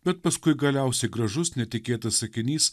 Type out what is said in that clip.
bet paskui galiausiai gražus netikėtas sakinys